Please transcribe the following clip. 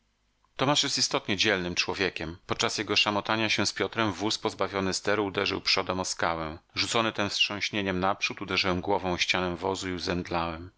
tomasz jest istotnie dzielnym człowiekiem podczas jego szamotania się z piotrem wóz pozbawiony steru uderzył przodem o skałę rzucony tem wstrząśnieniem naprzód uderzyłem głową o ścianę wozu i